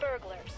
burglars